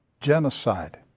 genocide